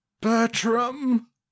Bertram